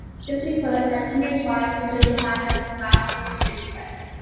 simply put, our teenage lives have been defined by these last four years together.